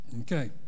Okay